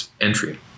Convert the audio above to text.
entry